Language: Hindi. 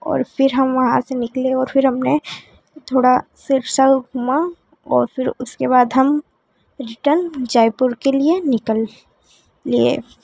और फ़िर हम वहाँ से निकले और फ़िर हमने थोड़ा सिरसा घूमा और फ़िर उसके बाद हम रिटर्न जयपुर के लिए निकल लिए